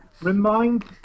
Remind